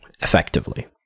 effectively